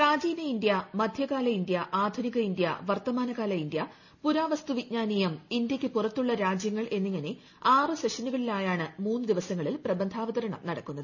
പ്രാചീന ഇന്ത്യ മധ്യകാല ഇന്ത്യ ആധുനിക ഇന്ത്യ വർത്തമാനകാല ഇന്ത്യ പുരാവസ്തുവിജ്ഞാനീയം ഇന്ത്യക്കുപുറത്തുള്ള രാജ്യങ്ങൾ എന്നിങ്ങനെ ആറു സെഷനുകളിലായാണ് മൂന്നു ദിവസങ്ങളിൽ പ്രബന്ധാവതരണം നടക്കുന്നത്